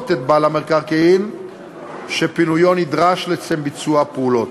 את בעל המקרקעין שפינויו נדרש לשם ביצוע הפעולות,